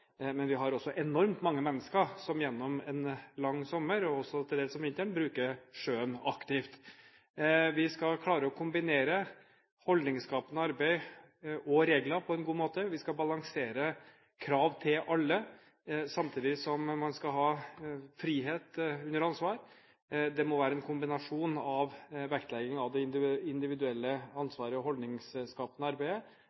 men vi har også enormt mange mennesker som gjennom en lang sommer og også til dels om vinteren bruker sjøen aktivt. Vi skal klare å kombinere holdningsskapende arbeid og regler på en god måte. Vi skal balansere krav til alle, samtidig som man skal ha frihet under ansvar. Det må være en kombinasjon av vektlegging av det individuelle